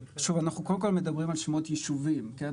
שוב, אנחנו קודם כל מדברים על שמות ישובים, כן?